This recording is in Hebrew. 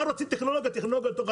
מה רוצים טכנולוגיה וטכנולוגיה?